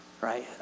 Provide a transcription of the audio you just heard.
right